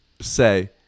say